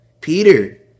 Peter